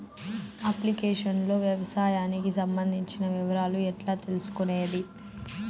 Application లో వ్యవసాయానికి సంబంధించిన వివరాలు ఎట్లా తెలుసుకొనేది?